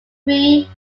three